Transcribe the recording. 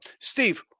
Steve